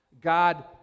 God